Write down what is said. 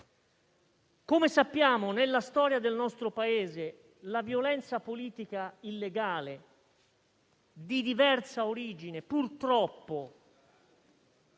Come sappiamo, nella storia del nostro Paese la violenza politica illegale di diversa origine, purtroppo,